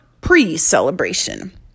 pre-celebration